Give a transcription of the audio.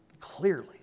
clearly